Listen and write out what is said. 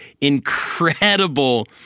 incredible